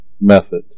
method